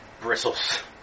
bristles